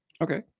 Okay